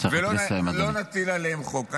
ולא נטיל עליהם חוק.